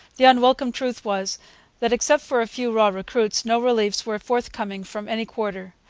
the unwelcome truth was that, except for a few raw recruits, no reliefs were forthcoming from any quarter.